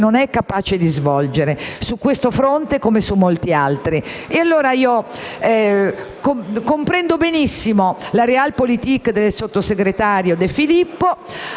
non è capace di svolgere, su questo fronte come su molti altri. Comprendo benissimo la *realpolitik* del sottosegretario De Filippo;